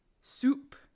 soup